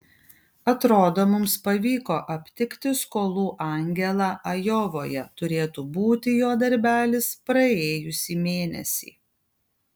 atrodo mums pavyko aptikti skolų angelą ajovoje turėtų būti jo darbelis praėjusį mėnesį